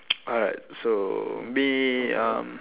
alright so me um